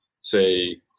say